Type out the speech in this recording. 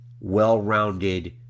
well-rounded